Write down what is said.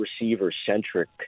receiver-centric